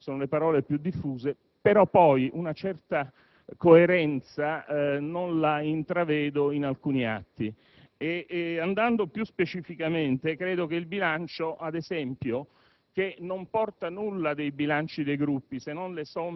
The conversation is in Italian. «chiarezza», «trasparenza», «lotta all'evasione fiscale e al lavoro nero» sono le parole più diffuse, però poi una certa coerenza non la intravedo in alcuni atti. Entrando più specificamente nel merito, credo che il bilancio che, ad esempio,